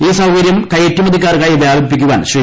ഈ സൌകര്യം കയറ്റുമതിക്കാർക്കായി വ്യാപിപ്പിക്കുവാൻ ശ്രീ